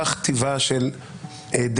כך טיבה של דמוקרטיה.